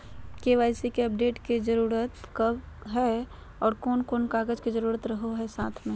KYC update के जरूरत कब कब है और कौन कौन कागज के जरूरत रहो है साथ में?